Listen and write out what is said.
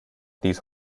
these